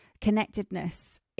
connectedness